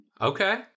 Okay